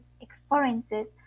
experiences